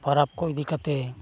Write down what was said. ᱯᱚᱨᱚᱵᱽ ᱠᱚ ᱤᱫᱤ ᱠᱟᱛᱮᱫ